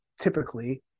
typically